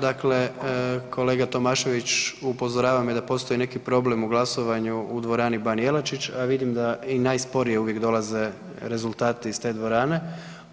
Dakle, kolega Tomašević upozorava me da postoji neki problem u glasovanju u dvorani Ban Jelačić a vidim da i najsporije uvijek dolaze rezultati iz te dvorane,